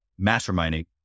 masterminding